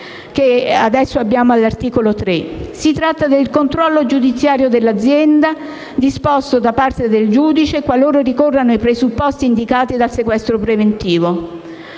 3, il controllo giudiziario dell'azienda disposto da parte del giudice, qualora ricorrano i presupposti indicati del sequestro preventivo,